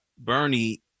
bernie